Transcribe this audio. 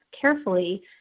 carefully